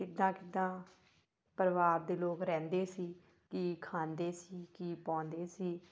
ਕਿੱਦਾਂ ਕਿੱਦਾਂ ਪਰਿਵਾਰ ਦੇ ਲੋਕ ਰਹਿੰਦੇ ਸੀ ਕੀ ਖਾਂਦੇ ਸੀ ਕੀ ਪਾਉਂਦੇ ਸੀ